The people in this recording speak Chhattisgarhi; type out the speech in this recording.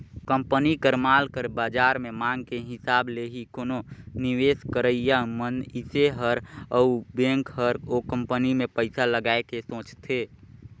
कंपनी कर माल कर बाजार में मांग के हिसाब ले ही कोनो निवेस करइया मनइसे हर अउ बेंक हर ओ कंपनी में पइसा लगाए के सोंचथे